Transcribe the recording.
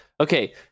okay